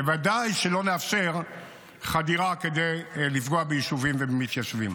ודאי שלא נאפשר חדירה כדי לפגוע ביישובים ובמתיישבים.